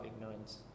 ignorance